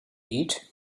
eat